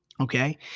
Okay